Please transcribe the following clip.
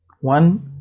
One